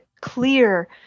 clear